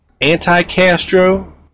anti-Castro